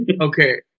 Okay